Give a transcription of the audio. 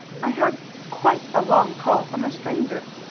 i had quite a long call from a stranger.